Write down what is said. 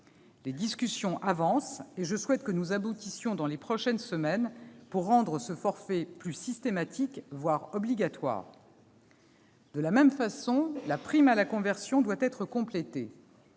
Les discussions avancent, et je souhaite que nous aboutissions dans les prochaines semaines, afin de rendre ce forfait systématique, voire obligatoire. De la même façon, la prime à la conversion doit être complétée.